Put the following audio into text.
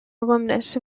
alumnus